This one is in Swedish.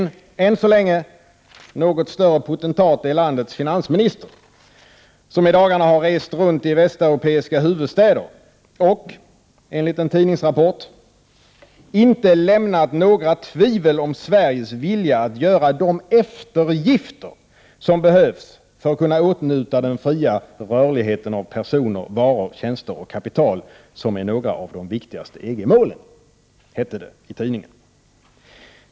En än så länge något större potentat är landets finansminister, som i dagarna har rest runt i Västeuropas huvudstäder och enligt en tidningsrapport inte lämnat några tvivel om Sveriges vilja att göra de eftergifter som behövs för att kunna åtnjuta den fria rörligheten av personer, varor, tjänster och kapital som hör till de viktigaste EG-målen, som det hette i tidningarna.